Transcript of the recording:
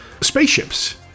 spaceships